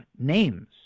names